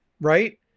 right